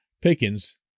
Pickens